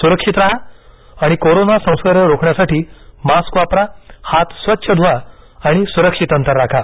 सुरक्षित राहा आणि कोरोना संसर्ग रोखण्यासाठी मास्क वापरा हात स्वच्छ धुवा आणि सुरक्षित अंतर राखा